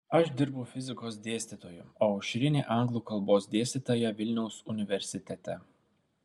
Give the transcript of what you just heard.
aš dirbau fizikos dėstytoju o aušrinė anglų kalbos dėstytoja vilniaus universitete